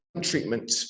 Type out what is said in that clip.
treatment